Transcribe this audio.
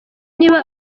niba